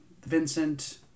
Vincent